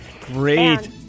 Great